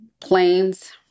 Planes